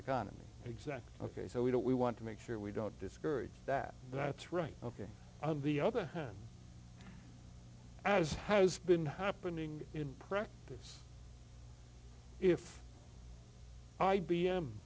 economy exactly ok so we don't we want to make sure we don't discourage that that's right ok on the other hand as has been happening in practice if i